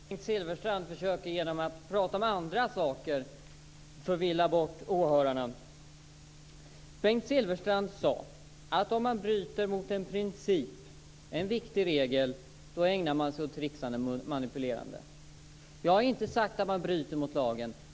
Fru talman! Bengt Silfverstrand försöker genom att prata om andra saker förvilla åhörarna. Bengt Silfverstrand sade att man ägnar sig åt tricksande och manipulerande om man bryter mot en princip eller en viktig regel. Jag har inte sagt att man bryter mot lagen.